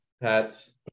pets